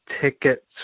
tickets